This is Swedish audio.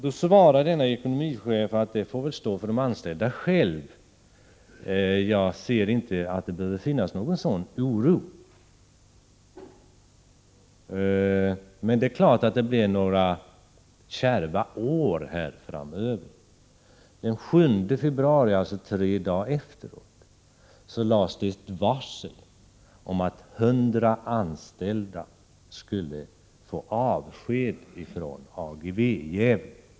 Då svarade denne ekonomichef: Det får stå för de anställda, jag ser inte att det behöver finnas någon sådan oro — men det är klart att det blir några kärva år framöver. Den 7 februari — alltså tre dagar efteråt — lades det ett varsel om att 100 anställda skulle få avsked från AGEVE i Gävle.